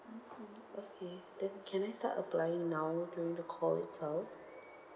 okay then can I start applying now during the call itself